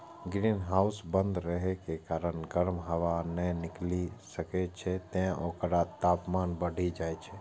greenhouse बंद रहै के कारण गर्म हवा नै निकलि सकै छै, तें ओकर तापमान बढ़ि जाइ छै